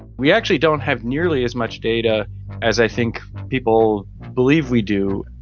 we actually don't have nearly as much data as i think people believe we do,